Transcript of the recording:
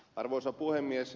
arvoisa puhemies